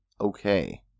Okay